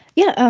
yeah.